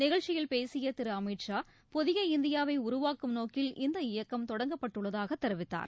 நிகழ்ச்சியில் பேசிய திரு அமித் ஷா புதிய இந்தியாவை உருவாக்கும் நோக்கில் இந்த இயக்கம் தொடங்கப்பட்டுள்ளதாக தெரிவித்தார்